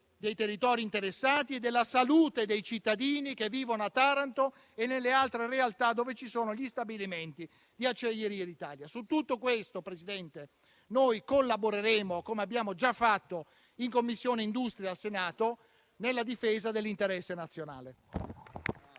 dei territori interessati e della salute dei cittadini che vivono a Taranto e nelle altre realtà dove ci sono gli stabilimenti di Acciaierie d'Italia. Su tutto questo, signor Presidente, noi collaboreremo, come abbiamo già fatto in Commissione industria al Senato, nella difesa dell'interesse nazionale.